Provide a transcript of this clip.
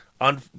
on